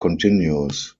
continues